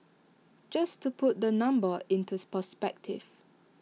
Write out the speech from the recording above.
just to put the number perspective